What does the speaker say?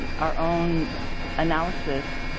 our own analysis